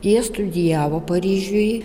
jie studijavo paryžiuj